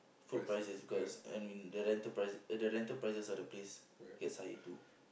food prices because and the rental prices the rental prices of the place gets higher too